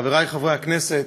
חברי חברי הכנסת,